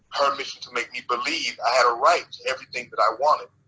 her mission to make me believe i had a right everything that i wanted